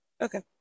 Okay